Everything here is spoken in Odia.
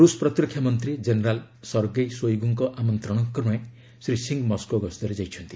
ରୁଷ୍ ପ୍ରତିରକ୍ଷାମନ୍ତ୍ରୀ ଜେନେରାଲ୍ ଶର୍ଗେଇ ଶୋଇଗୁଙ୍କ ଆମନ୍ତ୍ରଣକ୍ରମେ ଶ୍ରୀ ସିଂ ମସ୍କୋ ଗସ୍ତରେ ଯାଇଛନ୍ତି